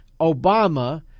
Obama